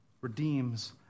redeems